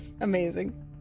amazing